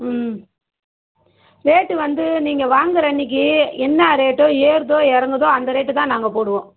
ம் ரேட்டு வந்து நீங்கள் வாங்குகிற அன்றைக்கி என்ன ரேட்டோ ஏறுதோ இறங்குதோ அந்த ரேட்டு தான் நாங்கள் போடுவோம்